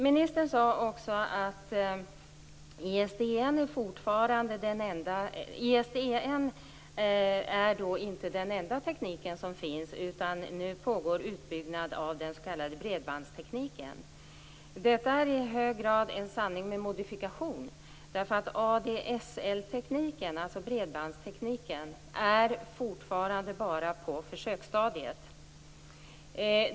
Ministern sade också att ISDN inte är den enda teknik som finns, utan att det nu pågår utbyggnad av den s.k. bredbandstekniken. Detta är i hög grad en sanning med modifikation. ADSL-tekniken, dvs. bredbandstekniken, är nämligen fortfarande bara på försöksstadiet.